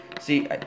See